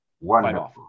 Wonderful